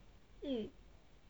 mm